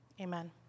amen